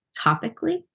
topically